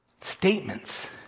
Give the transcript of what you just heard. statements